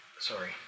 Sorry